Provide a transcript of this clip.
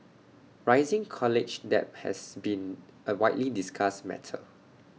rising college debt has been A widely discussed matter